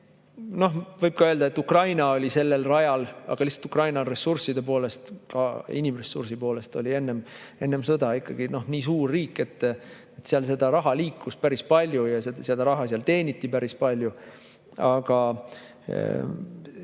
jääb. Võib ka öelda, et Ukraina oli sellel rajal, aga lihtsalt Ukraina ressursside poolest, ka inimressursi poolest oli ikkagi nii suur riik, et seal enne sõda raha liikus päris palju ja raha seal teeniti päris palju. Aga